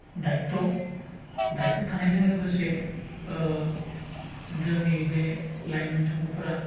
दायित्य' थानायजों लोगोसे जोंनि बे लाइमोन सुबुंफोरा